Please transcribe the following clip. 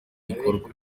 gikorwa